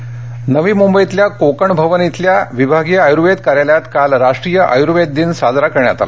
आयुर्वेद दिन नवी मंबई नवी मुंबईतल्या कोकेण भवन इथल्या विभागीय आयुर्वेद कार्यालयात काल राष्ट्रीय आयुर्वेद दिन साजरा करण्यात आला